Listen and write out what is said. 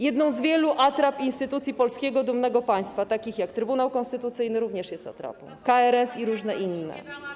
jedną z wielu atrap instytucji polskiego, dumnego państwa, takich jak Trybunał Konstytucyjny - również jest atrapą - KRS i różne inne.